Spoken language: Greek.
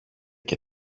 και